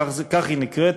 כך היא נקראת,